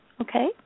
Okay